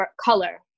color